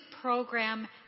program